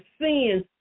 sins